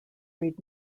reed